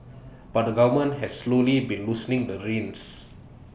but the government has slowly been loosening the reins